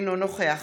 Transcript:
אינו נוכח